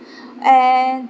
and